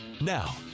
Now